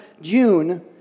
June